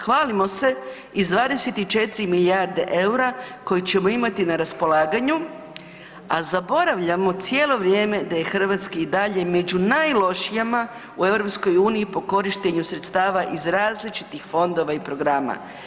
Hvalimo se i s 24 milijarde EUR-a koje ćemo imati na raspolaganju, a zaboravljamo cijelo vrijemo da je Hrvatska i dalje među najlošijima u EU po korištenju sredstava iz različitih fondova i programa.